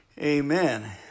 Amen